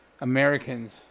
Americans